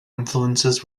influences